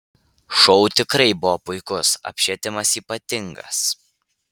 šou tikrai buvo puikus apšvietimas ypatingas